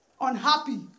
unhappy